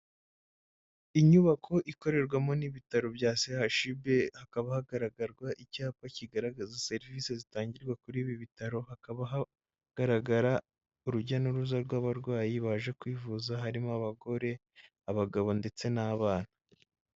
Inyubako ikorerwamo n'ibitaro bya CHUB, hakaba hagaragarwa icyapa kigaragaza serivisi zitangirwa kuri ibi bitaro, hakaba hagaragara urujya n'uruza rw'abarwayi baje kwivuza, harimo abagore, abagabo ndetse n'abana.